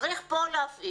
צריך פה להפעיל,